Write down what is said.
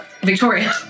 Victoria